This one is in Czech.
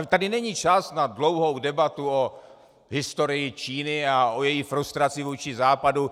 Tady není čas na dlouhou debatu o historii Číny a o její frustraci vůči Západu.